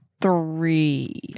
three